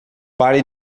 pare